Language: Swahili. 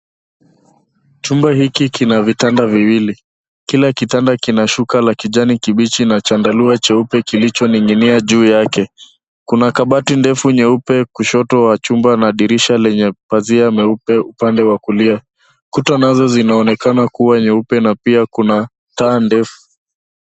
Chumba hiki kina vitanda viwili. Kila kitanda kina shuka la kijani kibichi na chandarua cheupe kilichoning'inia juu yake. Kuna kabati ndefu nyeupe kushoto wa chumba na dirasha lenye pazia nyeupe upande wa kulia. Kuta nazo zinaonekana kuwa nyeupe na pia kuna taa ndefu.